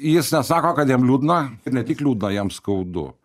jis nesako kad jam liūdna i ne tik liūdna jam skaudu